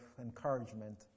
encouragement